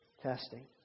Testing